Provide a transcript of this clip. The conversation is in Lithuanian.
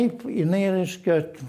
taip jinai reiškia